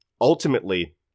Ultimately